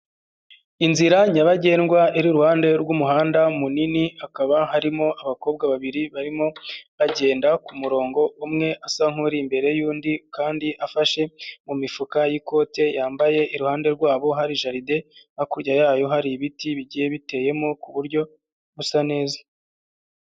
Inzira nyabagendwa iri iruhande rw'umuhanda munini hakaba harimo abakobwa babiri barimo bagenda kumurongo umwe asa nkuri imbere yundi kandi afashe mu mifuka y'ikote yambaye iruhande rwabo hari jaride, hakurya yayo hari ibiti bigiye biteyemo ku buryo busa neza.